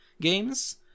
games